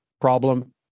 problem